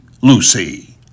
Lucy